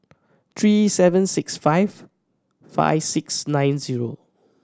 three seven six five five six nine zero